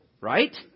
Right